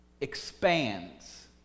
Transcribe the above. expands